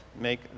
make